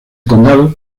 condado